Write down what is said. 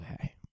Okay